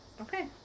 Okay